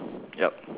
yup